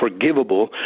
forgivable